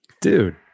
dude